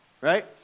Right